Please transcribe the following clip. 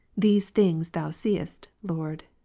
these things thou seest. lord,